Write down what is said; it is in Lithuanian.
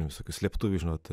nes tokių slėptuvių žinot